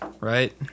right